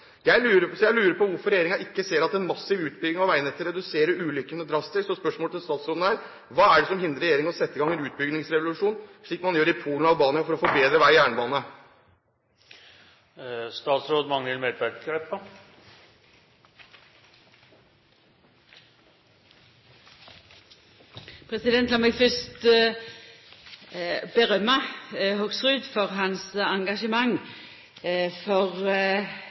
Jeg lurer på hvorfor regjeringen ikke ser at en massiv utbygging av veinettet reduserer ulykkene drastisk. Spørsmålet til statsråden er: Hva er det som hindrer regjeringen i å sette i gang en utbyggingsrevolusjon, slik man gjør i Polen og Albania, for å få bedre vei og jernbane? Lat meg fyrst rosa Hoksrud for hans engasjement for